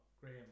Graham